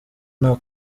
nta